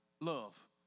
Love